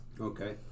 Okay